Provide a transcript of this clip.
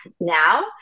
now